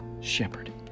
shepherd